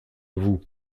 vous